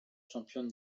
championne